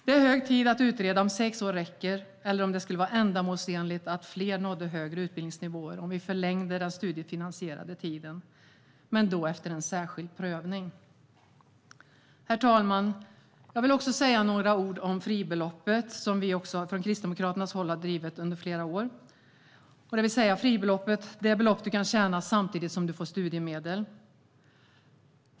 Det är hög tid att utreda om sex år räcker eller om det skulle vara ändamålsenligt att förlänga den studiefinansierade tiden, efter särskild prövning, för att få fler att nå högre utbildningsnivåer. Herr talman! Jag vill säga några ord om fribeloppet, en fråga som Kristdemokraterna har drivit under flera år. Fribeloppet är det belopp du kan tjäna samtidigt som du får studiemedel.